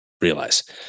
realize